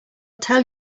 tell